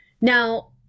Now